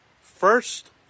First